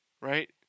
Right